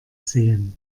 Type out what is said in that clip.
sehen